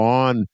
on